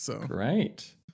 Great